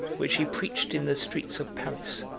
which he preached in the streets of paris,